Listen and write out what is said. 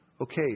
Okay